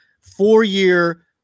four-year